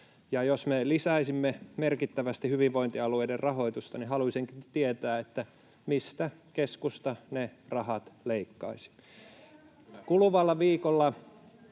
Jos me lisäisimme merkittävästi hyvinvointialueiden rahoitusta, niin haluaisin tietää, mistä keskusta ne rahat leikkaisi. [Välihuuto